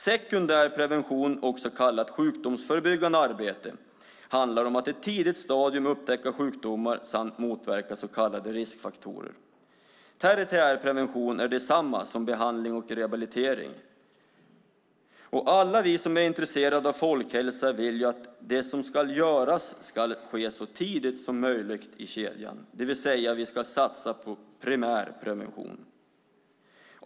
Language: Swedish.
Sekundär prevention, också kallad sjukdomsförebyggande arbete, handlar om att i ett tidigt stadium upptäcka sjukdomar samt motverka så kallade riskfaktorer. Tertiär prevention är detsamma som behandling och rehabilitering. Alla vi som är intresserade av folkhälsa vill att det som ska göras ska ske så tidigt som möjligt i kedjan, det vill säga att vi ska satsa på primär prevention.